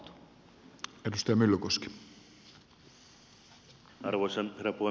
arvoisa herra puhemies